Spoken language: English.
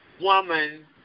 woman